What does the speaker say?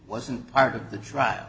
wasn't part of the trial